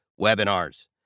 webinars